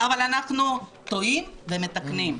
אבל אנחנו טועים ומתקנים,